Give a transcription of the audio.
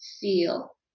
feel